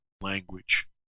language